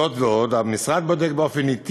זאת ועוד, המשרד בודק באופן עתי